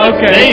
Okay